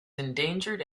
endangered